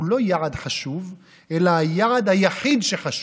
הוא לא יעד חשוב אלא היעד היחיד שחשוב,